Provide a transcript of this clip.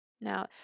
now